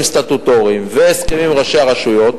סטטוטוריים והסכמים עם ראשי הרשויות,